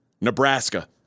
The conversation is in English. Nebraska